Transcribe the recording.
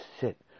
sit